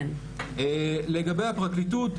לגבי הפרקליטות,